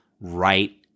right